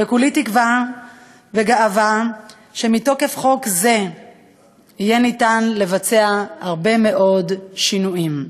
וכולי תקווה שמתוקף חוק יהיה ניתן לבצע הרבה מאוד שינויים.